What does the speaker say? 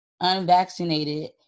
unvaccinated